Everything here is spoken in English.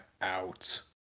out